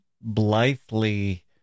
blithely